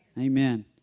Amen